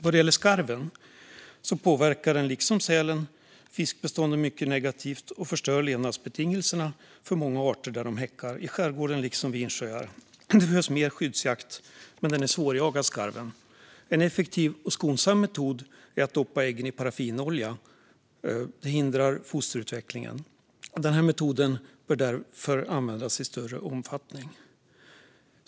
Vad gäller skarven påverkar den, liksom sälen, fiskbestånden mycket negativt och förstör levnadsbetingelserna för många arter där de häckar, i skärgården liksom vid insjöar. Mer skyddsjakt behövs, men skarven är svårjagad. En effektiv och skonsam metod är att doppa äggen i paraffinolja, vilket hindrar fosterutvecklingen. Denna metod bör därför användas i större omfattning.